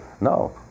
No